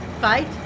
fight